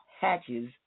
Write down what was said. hatches